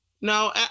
No